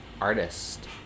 artist